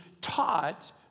taught